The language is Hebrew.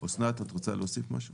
אסנת רוצה להוסיף משהו?